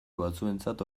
batzuentzat